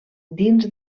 dins